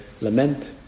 lament